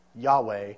Yahweh